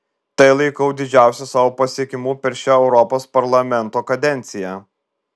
tai laikau didžiausiu savo pasiekimu per šią europos parlamento kadenciją